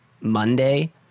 Monday